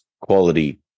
quality